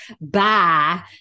Bye